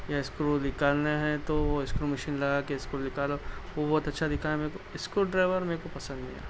یا اسکرو نکالنا ہے تو وہ اسکرو مشین لگا کے اس کو نکالو وہ بہت اچھا دکھا ہے میرے کو اسکرو ڈرائیور میرے کو پسند نہیں آیا